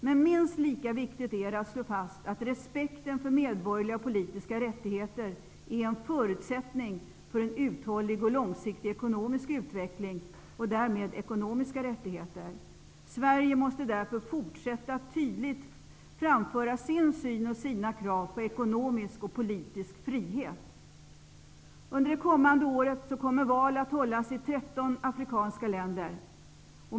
Men minst lika viktigt är att slå fast att respekten för medborgerliga och politiska rättigheter är en förutsättning för en uthållig och långsiktig ekonomisk utveckling och därmed ekonomiska rättigheter. Sverige måste därför fortsätta att tydligt framföra sin syn och sina krav på ekonomisk och politisk frihet. Under det kommande året kommer val att hållas i 13 afrikanska länder.